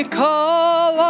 call